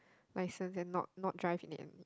license not not drive in the end